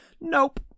Nope